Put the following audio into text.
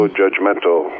judgmental